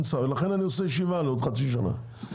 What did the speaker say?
לכן אני עושה ישיבה בעוד חצי שנה,